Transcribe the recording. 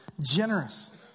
generous